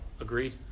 Agreed